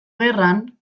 gerran